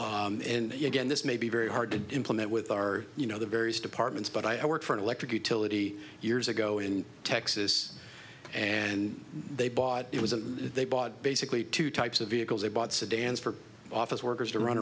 vehicles and you again this may be very hard to implement with our you know the various departments but i work for an electric utility years ago in texas and they bought it was a they bought basically two types of vehicles they bought sedans for office workers to run